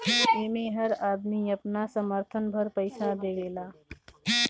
एमे हर आदमी अपना सामर्थ भर पईसा देवेला